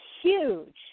huge